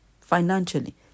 financially